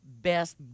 best